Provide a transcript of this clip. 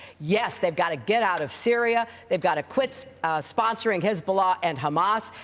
yes, they've got to get out of syria. they've got to quit sponsoring hezbollah and hamas.